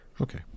Okay